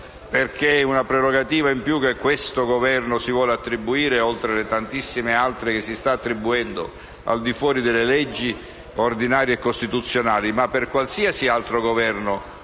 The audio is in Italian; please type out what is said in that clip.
perché è una prerogativa in più che questo Governo si vuole attribuire, oltre alle tantissime altre che si sta attribuendo al di fuori delle leggi ordinarie e costituzionali, ma anche perché per qualsiasi altro futuro